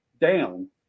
down